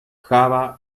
java